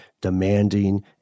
demanding